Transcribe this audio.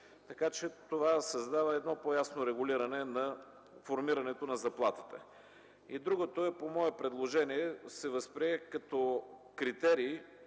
Така че това създава едно по-ясно регулиране на формирането на заплатата. Другото е, по мое предложение се възприе като критерий,